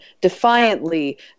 defiantly